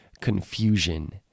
confusion